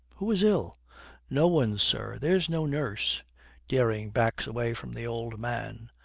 who is ill no one, sir. there's no nurse dering backs away from the old man.